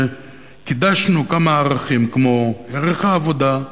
כשקידשנו כמה ערכים כמו ערך העבודה,